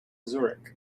zurich